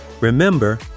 Remember